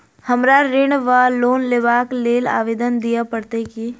हमरा ऋण वा लोन लेबाक लेल आवेदन दिय पड़त की?